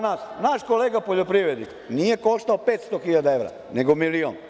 Naš kolega poljoprivrednik nije koštao 500 hiljada evra, nego milion.